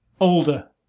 older